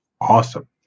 awesome